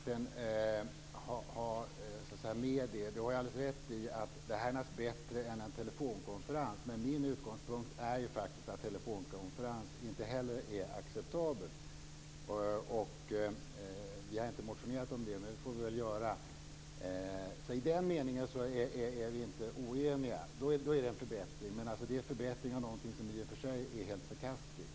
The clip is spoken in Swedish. Fru talman! Alice Åström har naturligtvis rätt i att det är bättre med videokonferens än telefonkonferens. Min utgångspunkt är att telefonkonferens inte heller är acceptabelt. Vi har inte motionerat om det, men det får vi väl göra. I den meningen är vi inte oeniga. Det är en förbättring av någonting som i och för sig är helt förkastligt.